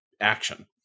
action